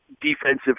defensive